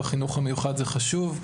בחינוך המיוחד זה חשוב,